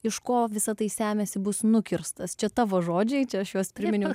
iš ko visa tai semiasi bus nukirstas čia tavo žodžiai čia aš juos priminiau